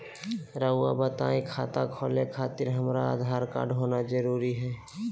रउआ बताई खाता खोले खातिर हमरा आधार कार्ड होना जरूरी है?